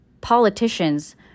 politicians